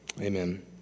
Amen